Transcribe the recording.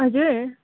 हजुर